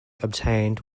obtained